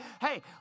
Hey